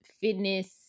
fitness